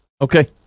Okay